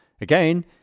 Again